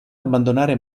abbandonare